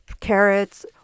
carrots